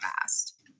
fast